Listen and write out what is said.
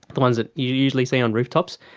the ones that you usually see on rooftops,